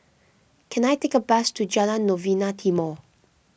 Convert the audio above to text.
can I take a bus to Jalan Novena Timor